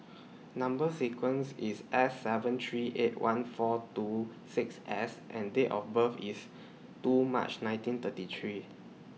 Number sequence IS S seven three eight one four two six S and Date of birth IS two March nineteen thirty three